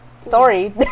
story